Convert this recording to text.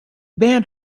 band